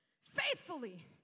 Faithfully